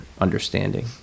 understanding